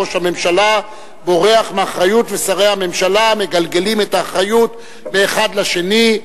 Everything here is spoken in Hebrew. ראש הממשלה בורח מאחריות ושרי הממשלה מגלגלים את האחריות מאחד לשני.